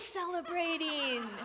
celebrating